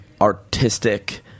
artistic